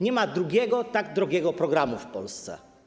Nie ma drugiego tak drogiego programu w Polsce.